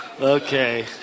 Okay